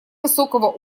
высокого